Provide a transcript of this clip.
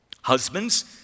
Husbands